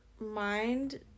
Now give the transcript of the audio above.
mind